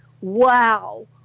Wow